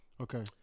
Okay